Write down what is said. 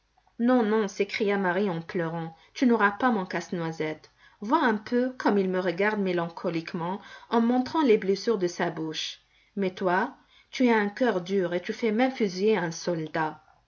non non s'écria marie en pleurant tu n'auras pas mon casse-noisette vois un peu comme il me regarde mélancoliquement en montrant les blessures de sa bouche mais toi tu es un cœur dur et tu fais même fusiller un soldat